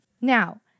Now